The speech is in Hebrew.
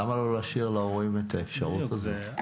למה לא להשאיר להורים את האפשרות הזו?